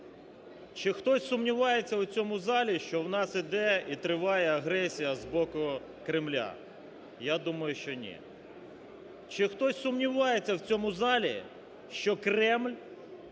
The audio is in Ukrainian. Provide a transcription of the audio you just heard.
Чи хтось сумнівається у цьому залі, що в нас іде і триває агресія з боку Кремля? Я думаю, що ні. Чи хтось сумнівається в цьому залі, що Кремль